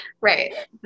Right